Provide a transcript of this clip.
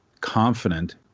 confident